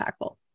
impactful